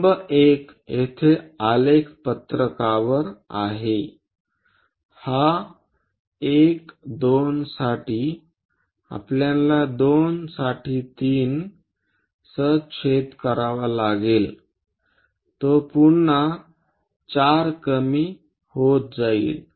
लंब 1 येथे आलेख पत्रकावर आहे हा 1 2 साठी आपल्याला 2 साठी 3 सह छेद करावा लागेल तो पुन्हा 4 कमी होत जाईल